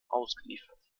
ausgeliefert